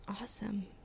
Awesome